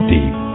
Deep